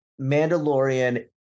Mandalorian